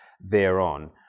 thereon